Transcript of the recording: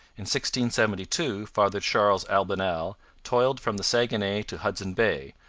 and seventy two father charles albanel toiled from the saguenay to hudson bay,